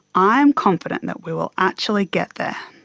i'm confident that we will actually get there.